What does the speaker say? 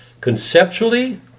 Conceptually